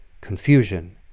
confusion